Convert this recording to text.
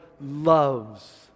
loves